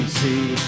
see